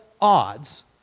odds